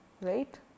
right